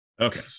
Okay